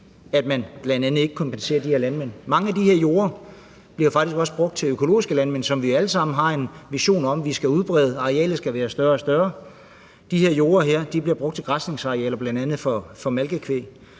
man bl.a. ikke kompenserer de her landmænd. Mange af de her jorde bliver faktisk også brugt af landmænd til økologisk landbrug, som vi alle sammen har en vision om at skulle udbrede, for arealet skal være større og større, men de her jorde bliver brugt som græsningsarealer for bl.a. malkekvæg.